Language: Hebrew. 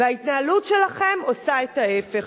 וההתנהלות שלכם עושה את ההיפך.